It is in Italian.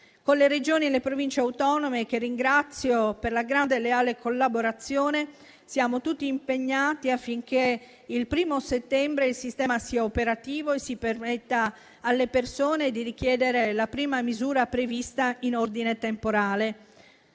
Con le Regioni e le Province autonome, che ringrazio per la grande e leale collaborazione, siamo tutti impegnati affinché il 1° settembre il sistema sia operativo e si permetta alle persone di richiedere la prima misura prevista in ordine temporale.